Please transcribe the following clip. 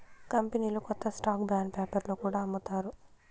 కంపెనీలు కొత్త stock bond పేపర్లో కూడా అమ్ముతారు